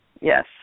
Yes